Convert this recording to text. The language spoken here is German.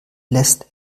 lässt